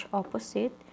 opposite